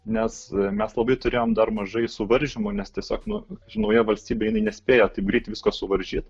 nes mes labai turėjom dar mažai suvaržymų nes tiesiog nu nauja valstybė jinai nespėjo taip greit visko suvaržyt